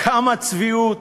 כמה צביעות,